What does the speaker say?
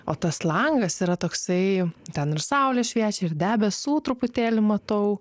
o tas langas yra toksai ten ir saulė šviečia ir debesų truputėlį matau